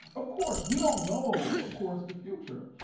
of course, we don't know, of course, the future.